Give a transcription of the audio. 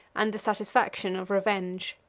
and the satisfaction of revenge.